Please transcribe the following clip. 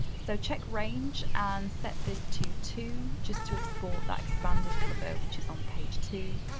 so check range and set this to two, just to export that expanded cover which is on page two.